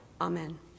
Amen